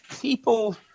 people